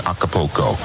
Acapulco